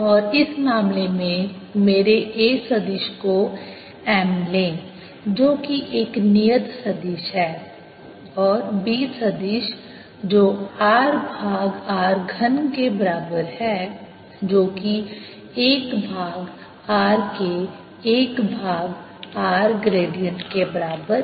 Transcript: और इस मामले में मेरे A सदिश को m लें जो कि एक नियत सदिश है और B सदिश जो r भाग r घन के बराबर है जो कि 1 भाग r के 1 भाग r ग्रेडिएंट के बराबर भी है